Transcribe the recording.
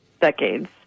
decades